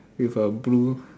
with a blue